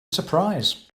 surprise